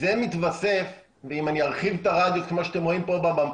אם אני ארחיב את הרדיוס כמו שאתם רואים פה במפה,